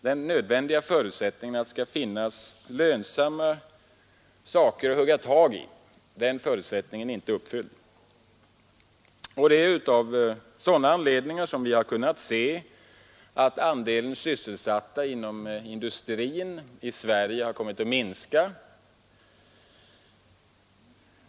Den nödvändiga förutsättningen, att det skall finnas lönsamma projekt att hugga tag i, är inte uppfylld. Det är av sådana anledningar som vi har kunnat se att andelen sysselsatta inom industri i Sverige har kommit att minska.